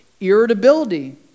irritability